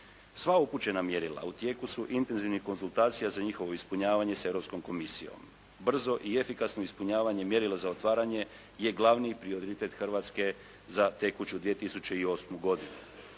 Sva upućena mjerila u tijeku su intenzivnih konzultacija za njihovo ispunjavanje sa Europskom komisijom. Brzo i efikasno ispunjavanje mjerila za otvaranje je glavni prioritet Hrvatske za tekuću 2008. godinu.